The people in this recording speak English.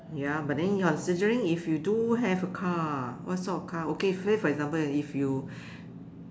ya but then you're suggesting if you do have a car what sort of car okay say for example if you